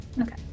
Okay